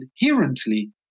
inherently